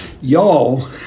y'all